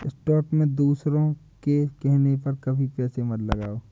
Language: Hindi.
स्टॉक में दूसरों के कहने पर कभी पैसे मत लगाओ